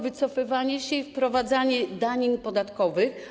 Wycofywanie się i wprowadzanie danin podatkowych.